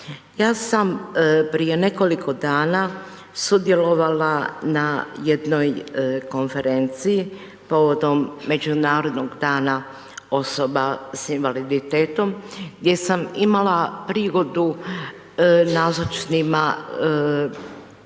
Ja sam prije nekoliko dana sudjelovala na jednoj konferenciji povodom Međunarodnog dana osoba sa invaliditetom gdje sam imala prigodu nazočnima